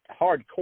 hardcore